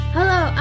Hello